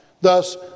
Thus